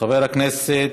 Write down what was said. חבר הכנסת